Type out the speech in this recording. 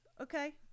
Okay